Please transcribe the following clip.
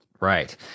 Right